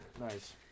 Nice